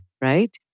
right